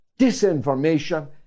disinformation